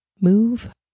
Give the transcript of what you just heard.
move